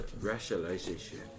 Rationalization